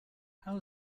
how